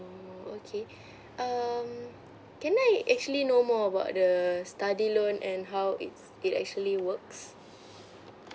oo okay um can I actually know more about the study loan and how it it actually works